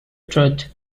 truth